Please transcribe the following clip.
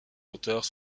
auteurs